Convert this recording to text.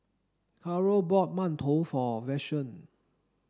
Carrol bought Mantou for Vashon